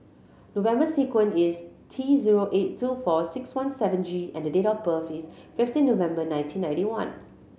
the number sequence is T zero eight two four six one seven G and the date of birth is fifteen November nineteen ninety one